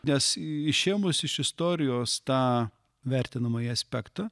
nes išėmus iš istorijos tą vertinamąjį aspektą